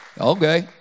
Okay